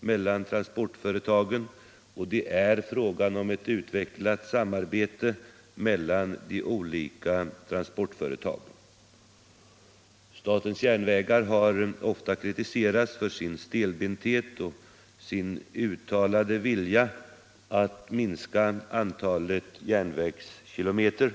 mellan transportföretagen, och det är frågan om ett utvecklat samarbete mellan de olika transportföretagen. Statens järnvägar har ofta kritiserats för sin stelbenthet och sin uttalade vilja att minska antalet järnvägskilometer.